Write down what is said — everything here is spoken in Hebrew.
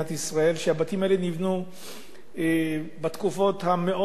שם הבתים האלה מאוד מאוד ישנים,